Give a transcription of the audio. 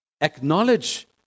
Acknowledge